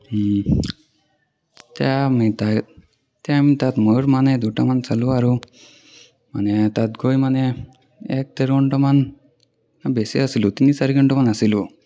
তেতিয়া আমি তাত তেতিয়া আমি তাত ময়ূৰ মানে দুটামান চালোঁ আৰু মানে তাত গৈ মানে এক ডেৰ ঘণ্টামান বেছি আছিলোঁ তিনি চাৰি ঘণ্টামান আছিলোঁ